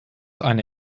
eine